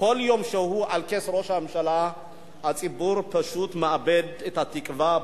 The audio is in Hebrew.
שהוא על כס ראש הממשלה הציבור מאבד את התקווה בו.